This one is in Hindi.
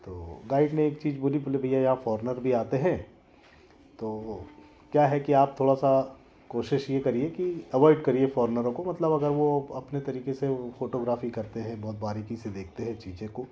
तो गाइड ने एक चीज बोली बोले भैया यहाँ फोरनर भी आते हैं तो क्या है कि आप थोड़ा सा कोशिश ये करिये कि अवॉइड करिये फोरनरों को मतलब अगर वो अपने तरीके से वो फोटोग्राफी करते हैं बहुत बारीकी से देखते हैं चीज़ें को